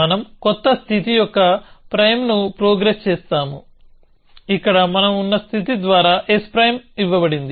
మనం కొత్త స్థితి యొక్క ప్రైమ్ను ప్రోగ్రెస్ చేస్తాము ఇక్కడ మనం ఉన్న స్థితి ద్వారా s ప్రైమ్ ఇవ్వబడుతుంది